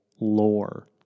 lore